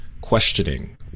questioning